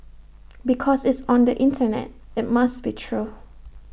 because it's on the Internet IT must be true